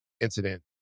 Incident